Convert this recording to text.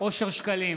אושר שקלים,